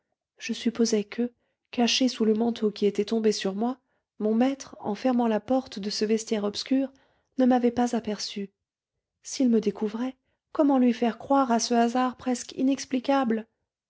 je supposais que cachée sous le manteau qui était tombé sur moi mon maître en fermant la porte de ce vestiaire obscur ne m'avait pas aperçue s'il me découvrait comment lui faire croire à ce hasard presque inexplicable